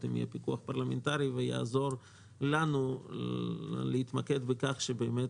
אם יהיה פיקוח פרלמנטרי שיעזור לנו להתמקד בכך שבאמת